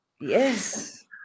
Yes